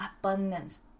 abundance